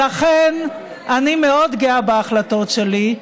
זה מה שאת עושה, ולכן אני מאוד גאה בהחלטות שלי.